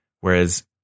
Whereas